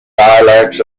dialects